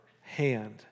hand